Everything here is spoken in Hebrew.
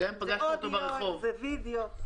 אודיו או וידיאו.